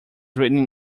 written